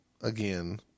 again